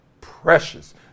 precious